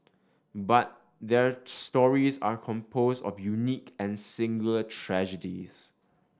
but their stories are composed of unique and singular tragedies